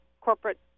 corporate